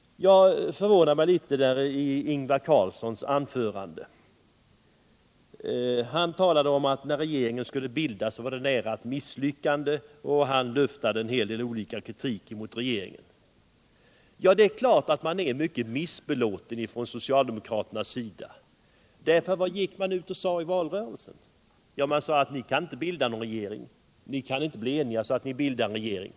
Jag förvånar mig över Ingvar Carlssons anförande. Han talade om att det var nära ett misslyckande när regeringen skulle bildas. Han luftade också en hel del kritiska synpunkter mot regeringen. Ja, det är klart att socialdemokraterna är mycket missbelåtna. De sade i valrörelsen att de borgerliga inte kunde bli eniga om att bilda en regering.